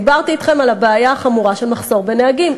דיברתי אתכם על הבעיה החמורה של מחסור בנהגים.